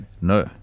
no